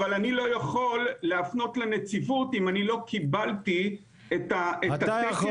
אבל אני לא יכול להפנות לנציבות אם אני לא קיבלתי את התקן,